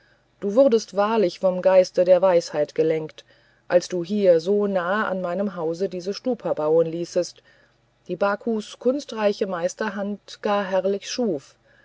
du wurdest wahrlich vom geiste der weisheit geleitet als du hier so nahe an meinem hause diese stupa bauen ließest die bakus kunstreiche meisterhand gar herrlich schuf